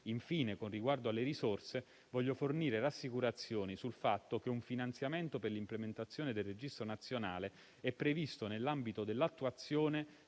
Infine, con riguardo alle risorse, voglio fornire rassicurazioni sul fatto che un finanziamento per l'implementazione del registro nazionale è previsto nell'ambito dell'attuazione